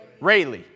Rayleigh